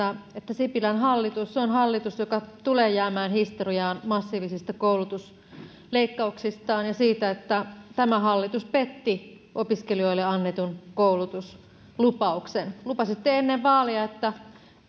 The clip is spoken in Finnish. sipilän hallitus on hallitus joka tulee jäämään historiaan massiivisista koulutusleikkauksistaan ja siitä että tämä hallitus petti opiskelijoille annetun koulutuslupauksen lupasitte ennen vaaleja että